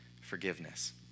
forgiveness